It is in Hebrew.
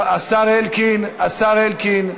השר אלקין, השר אלקין,